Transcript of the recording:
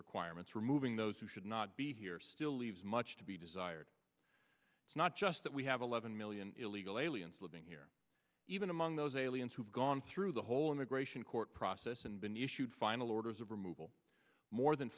requirements removing those who should not be here still leaves much to be desired it's not just that we have eleven million illegal aliens living here even among those aliens who have gone through the whole immigration court process and been issued final orders of removal more than